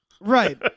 Right